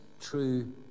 true